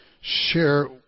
share